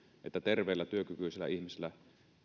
että terveellä työkykyisellä ihmisellä